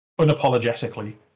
unapologetically